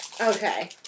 Okay